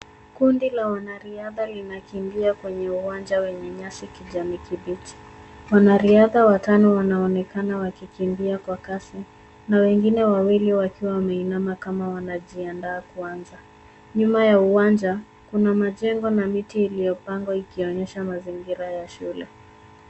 Kundi la wanariadha linakimbia kwenye uwanja wenye nyasi kijani kibichi. Wanariadha watano wanaonekana wakikimbia kwa kasi na wengine wawili wakiwa wameinama kama wanajiandaa kuanza. Nyuma ya uwanja kuna majengo na miti iliyopangwa ikionyesha mazingira ya shule.